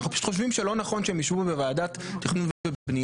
אנחנו פשוט חושבים שלא נכון שהם יישבו בוועדת תכנון ובנייה.